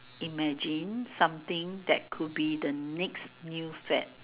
imagine something that could be the next new fad